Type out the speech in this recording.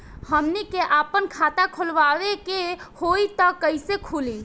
हमनी के आापन खाता खोलवावे के होइ त कइसे खुली